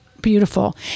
beautiful